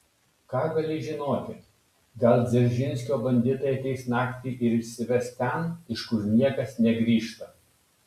ką gali žinoti gal dzeržinskio banditai ateis naktį ir išsives ten iš kur niekas negrįžta